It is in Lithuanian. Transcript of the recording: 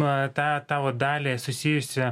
na tą tą vat dalį susijusį